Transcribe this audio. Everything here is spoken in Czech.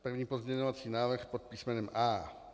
První pozměňovací návrh pod písmenem A.